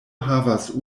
havas